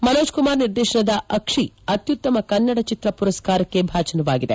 ಮನೋಜ್ ಕುಮಾರ್ ನಿರ್ದೇತನದ ಅಕ್ಷಿ ಅತ್ಜುತ್ತಮ ಕನ್ನಡ ಚಿತ್ರ ಪುರಸ್ಕಾರಕ್ಕೆ ಭಾಜನವಾಗಿದೆ